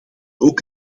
ook